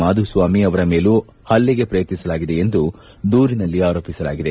ಮಾಧುಸ್ವಾಮಿ ಅವರ ಮೇಲೂ ಹಲ್ಲೆಗೆ ಪ್ರಯತ್ನಿಸಲಾಗಿದೆ ಎಂದು ದೂರಿನಲ್ಲಿ ಆರೋಪಿಸಲಾಗಿದೆ